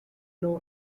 know